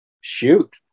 Shoot